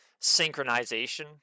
synchronization